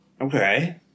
Okay